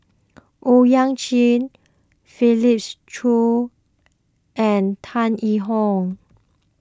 Owyang Chi Felix Cheong and Tan Yee Hong